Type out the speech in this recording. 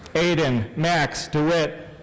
aiden max dewitt.